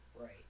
Right